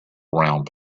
round